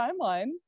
timeline